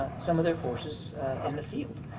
ah some of their forces in the field.